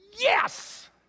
Yes